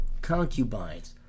Concubines